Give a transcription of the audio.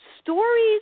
stories